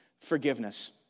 forgiveness